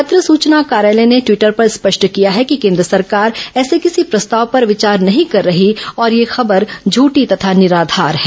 पत्र सूचना कार्यालय ने टिवटर पर स्पष्ट किया है कि केंद्र सरकार ऐसे किसी प्रस्ताव पर विचार नहीं कर रही और यह खबर झठी तथा निराधार है